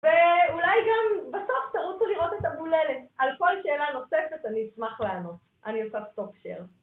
ואולי גם בסוף תרוצו לראות את הבוללת, על כל שאלה נוספת אני אשמח לענות, אני עושה stop share.